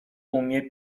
umie